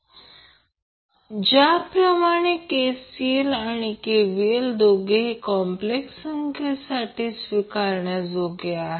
आता ज्याप्रमाणे KCL आणि KVL दोघेही कॉप्लेक्स संख्येसाठी स्वीकारण्याजोगे आहेत